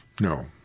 No